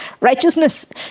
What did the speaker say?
Righteousness